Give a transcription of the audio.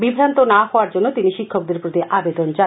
বিভ্রান্ত না হওয়ার জন্য তিনি শিক্ষকদের প্রতি তিনি আবেদন জানান